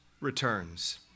returns